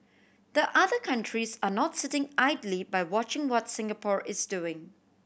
the other countries are not sitting idly by watching what Singapore is doing